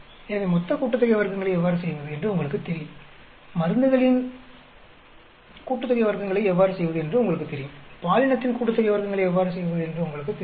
எனவே மொத்த கூட்டுத்தொகை வர்க்கங்களை எவ்வாறு செய்வது என்று உங்களுக்குத் தெரியும் மருந்துகளின் கூட்டுத்தொகை வர்க்கங்களை எவ்வாறு செய்வது என்று உங்களுக்குத் தெரியும் பாலினத்தின் கூட்டுத்தொகை வர்க்கங்களை எவ்வாறு செய்வது என்று உங்களுக்குத் தெரியும்